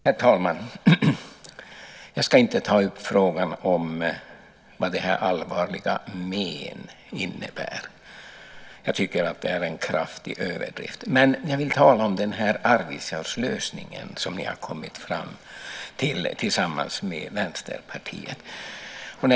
Herr talman! Jag ska inte ta upp frågan om vad allvarliga men innebär. Jag tycker att det är en kraftig överdrift. Jag vill tala om Arvidsjaurslösningen, som ni har kommit fram till tillsammans med Vänsterpartiet.